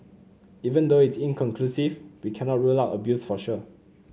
even though it's inconclusive we cannot rule out abuse for sure